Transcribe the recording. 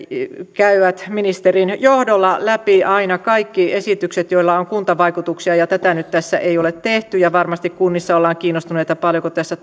käyvät ministerin johdolla läpi aina kaikki esitykset joilla on kuntavaikutuksia tätä nyt tässä ei ole tehty ja varmasti kunnissa ollaan kiinnostuneita paljonko tässä